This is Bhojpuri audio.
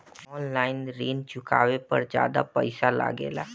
आन लाईन ऋण चुकावे पर ज्यादा पईसा लगेला?